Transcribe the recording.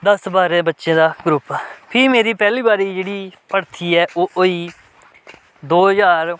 दस बारें बच्चें दा ग्रुप फ्ही मेरी पैह्ली बारी जेह्ड़ी भरथी ऐ ओह् होई दो ज्हार